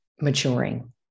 maturing